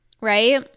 right